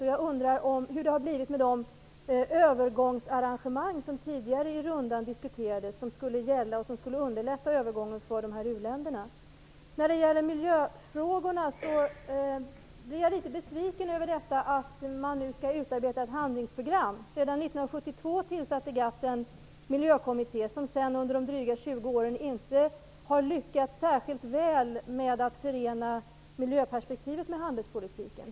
Jag undrar hur det har blivit med de övergångsarrangemang som diskuterades tidigare i rundan och som skulle underlätta övergången för u-länderna. När det gäller miljöfrågorna blev jag litet besviken över att man skall utarbeta ett handlingsprogram. Redan 1972 tillsatte GATT en miljökommitté som under drygt 20 år inte har lyckats särskilt väl med att förena miljöperspektivet med handelspolitiken.